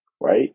right